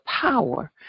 power